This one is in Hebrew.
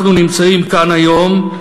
אנחנו נמצאים כאן היום,